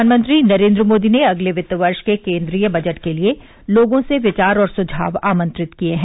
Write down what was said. प्रधानमंत्री नरेन्द्र मोदी ने अगले वित्त वर्ष के केन्द्रीय बजट के लिये लोगों से विचार और सुझाव आमंत्रित किये हैं